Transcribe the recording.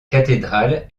cathédrale